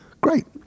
great